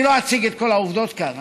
אני לא אציג את כל העובדות כאן,